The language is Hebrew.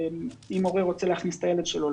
אם הורה רוצה להכניס את הילד שלו